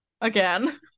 Again